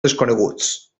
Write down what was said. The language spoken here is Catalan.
desconeguts